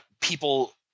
people